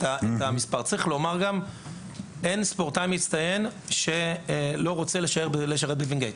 צריך לומר גם שאין ספורטאי מצטיין שלא רוצה לשרת בווינגייט.